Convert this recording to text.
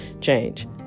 change